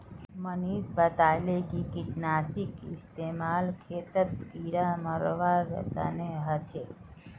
मनीष बताले कि कीटनाशीर इस्तेमाल खेतत कीड़ा मारवार तने ह छे